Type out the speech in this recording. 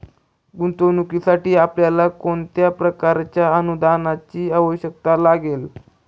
गुंतवणुकीसाठी आपल्याला कोणत्या प्रकारच्या अनुदानाची आवश्यकता लागेल?